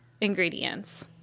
ingredients